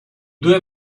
due